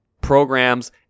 programs